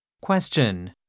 Question